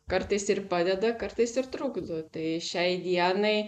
kartais ir padeda kartais ir trukdo tai šiai dienai